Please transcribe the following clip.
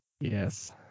Yes